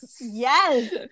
yes